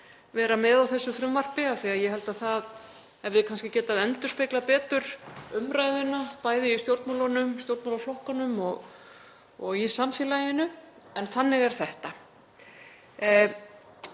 vera með á þessu frumvarpi af því að ég held að það hefði kannski getað endurspeglað betur umræðuna, bæði í stjórnmálunum, stjórnmálaflokkunum og í samfélaginu. En þannig er þetta.